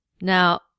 Now